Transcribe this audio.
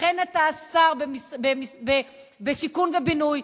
לכן אתה השר בשיכון ובינוי,